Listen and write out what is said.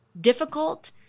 difficult